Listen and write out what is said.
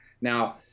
Now